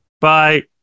Bye